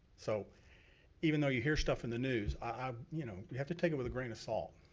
so even though you hear stuff in the news, ah you know you have to take it with a grain of salt.